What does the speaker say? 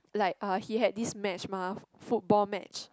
like uh he had this match mah football match